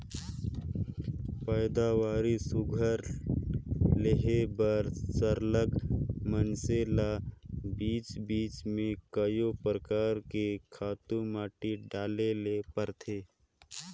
पएदावारी सुग्घर लेहे बर सरलग मइनसे ल बीच बीच में कइयो परकार कर खातू माटी डाले ले परथे